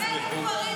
סנקציות,